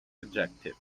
adjectives